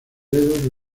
dedos